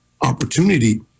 opportunity